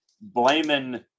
blaming